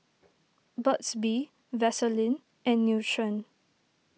Burt's Bee Vaselin and Nutren